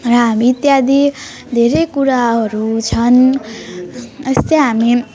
र हामी इत्यादि धेरै कुराहरू छन् यस्तै हामी